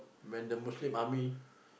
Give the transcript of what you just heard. when the Muslim army